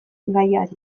gaiari